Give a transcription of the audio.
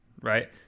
right